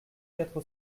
quatre